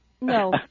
No